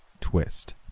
twist